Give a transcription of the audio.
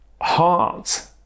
Heart